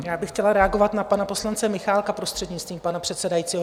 Já bych chtěla reagovat na pana poslance Michálka prostřednictvím pana předsedajícího.